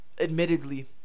admittedly